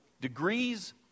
Degrees